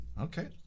Okay